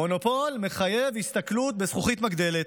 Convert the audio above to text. מונופול מחייב הסתכלות בזכוכית מגדלת,